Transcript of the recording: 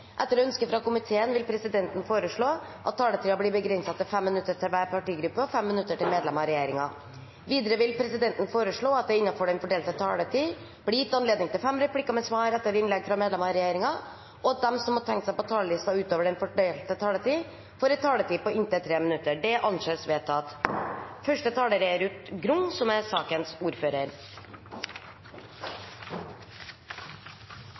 Videre vil presidenten foreslå at det – innenfor den fordelte taletid – blir gitt anledning til inntil fem replikker med svar etter innlegg fra medlemmer av regjeringen, og at de som måtte tegne seg på talerlisten utover den fordelte taletid, får en taletid på inntil 3 minutter. – Det anses vedtatt. Som saksordfører vil jeg takke komiteen for det som